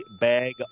Bag